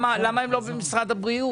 למה הם במשרד הרווחה ולא במשרד הבריאות?